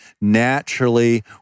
naturally